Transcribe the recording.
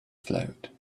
float